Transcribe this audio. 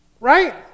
Right